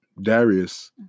Darius